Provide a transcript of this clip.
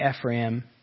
Ephraim